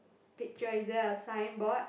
picture is there a signboard